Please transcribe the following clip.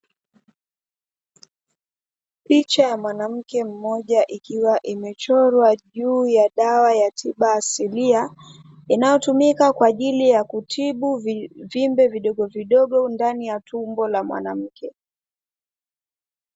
Picha ya mwanamke mmoja ikiwa imechorwa juu ya dawa ya tiba asilia, inayotumika kwa ajili ya kutibu vimbe vidogodogo ndani ya tumbo la mwanamke.